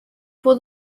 for